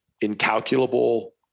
incalculable